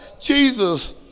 Jesus